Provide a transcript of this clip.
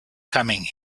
coming